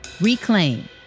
Reclaim